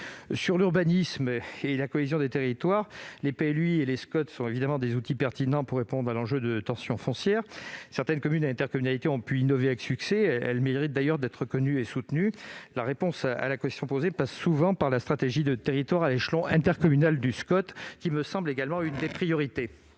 de l'urbanisme et de la cohésion des territoires, les PLUI et les SCOT sont évidemment des outils pertinents pour freiner la tension foncière. Certaines communes et intercommunalités ont pu innover avec succès : elles méritent d'ailleurs d'être reconnues et soutenues. La réponse à la question posée passe souvent par une stratégie territoriale à l'échelon intercommunal du SCOT, qui me semble constituer l'une des priorités.